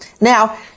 Now